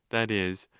that is,